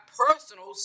personal